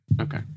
Okay